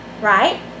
Right